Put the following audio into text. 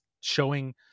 showing